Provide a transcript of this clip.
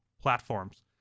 platforms